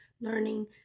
Learning